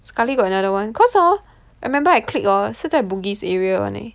sekali got another one cause hor I remember I click hor 是在 Bugis area [one] leh